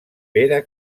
pere